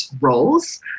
roles